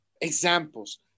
examples